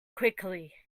quickly